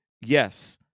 yes